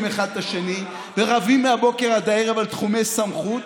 אחד את השני ורבים מהבוקר עד הערב על תחומי סמכות,